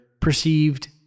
perceived